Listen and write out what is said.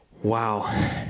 wow